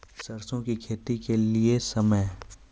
सरसों की खेती के लिए समय?